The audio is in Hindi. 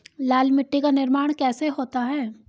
लाल मिट्टी का निर्माण कैसे होता है?